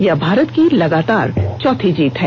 यह भारत की लगातार चौथी जीत है